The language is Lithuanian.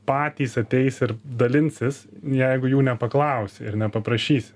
patys ateis ir dalinsis jeigu jų nepaklausi ir nepaprašysi